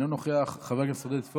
חבר הכנסת אביגדור ליברמן,